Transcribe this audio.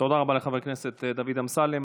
תודה רבה לחבר הכנסת דוד אמסלם.